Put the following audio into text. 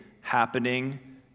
happening